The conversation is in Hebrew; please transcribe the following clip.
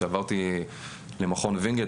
שעברתי למכון וינגייט,